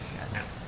Yes